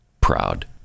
proud